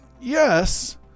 yes